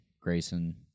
Grayson